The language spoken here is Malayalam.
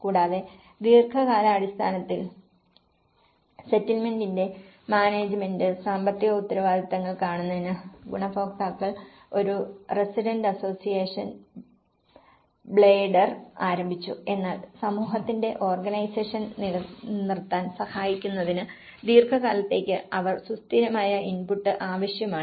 കൂടാതെ ദീർഘകാലാടിസ്ഥാനത്തിൽ സെറ്റിൽമെന്റിന്റെ മാനേജുമെന്റ് സാമ്പത്തിക ഉത്തരവാദിത്തങ്ങൾ കാണുന്നതിന് ഗുണഭോക്താക്കൾ ഒരു റസിഡന്റ്സ് അസോസിയേഷൻ ബെയ്ഡർ ആരംഭിച്ചു എന്നാൽ സമൂഹത്തിന്റെ ഓർഗനൈസേഷൻ നിലനിർത്താൻ സഹായിക്കുന്നതിന് ദീർഘകാലത്തേക്ക് അവർക്ക് സുസ്ഥിരമായ ഇൻപുട്ട് ആവശ്യമാണ്